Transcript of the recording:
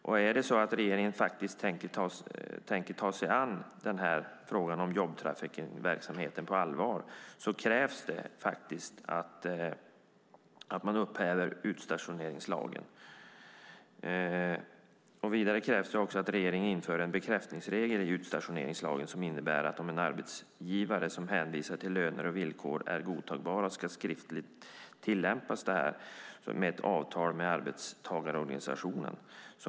Om regeringen tänker ta sig an frågan om jobbtrafikverksamheten på allvar krävs det faktiskt att man upphäver utstationeringslagen. Vidare krävs det också att regeringen inför en bekräftningsregel i utstationeringslagen som innebär att en arbetsgivare som hänvisar till att löner och villkor är godtagbara skriftligt ska tillämpa detta med ett avtal med arbetstagarorganisationen.